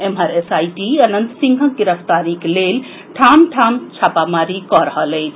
एम्हर एसआईटी अनंत सिंहक गिरफ्तारीक लेल ठाम ठाम छापामारी कऽ रहल अछि